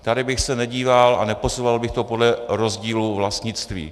Tady bych se nedíval a neposuzoval bych to podle rozdílu vlastnictví.